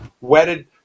wedded